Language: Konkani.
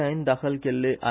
आयन दाखल केल्ले आय